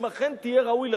אם אכן תהיה ראוי לכך.